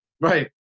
Right